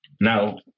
now